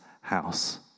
house